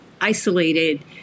isolated